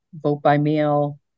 vote-by-mail